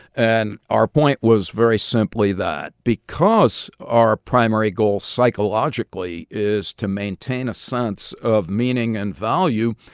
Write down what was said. and our point was very simply that. because our primary goal psychologically is to maintain a sense of meaning and value,